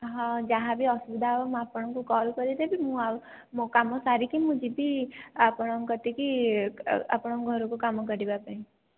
ହଁ ଯାହାବି ଅସୁବିଧା ହେବ ମୁଁ ଆପଣଙ୍କୁ କଲ କରିଦେବି ମୁଁ ଆଉ ମୋ କାମ ସାରିକି ମୁଁ ଯିବି ଆପଣଙ୍କ କତିକି ଆପଣଙ୍କ ଘରକୁ କାମ କରିବାପାଇଁ